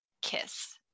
kiss